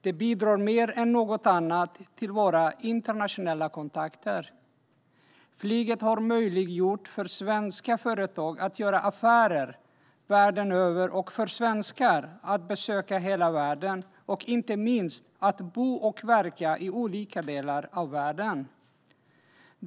Det bidrar mer än något annat till våra internationella kontakter. Flyget har möjliggjort för svenska företag att göra affärer världen över, för svenskar att besöka hela världen och inte minst att bo och verka i olika delar av världen.